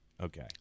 okay